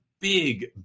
big